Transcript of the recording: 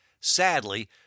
Sadly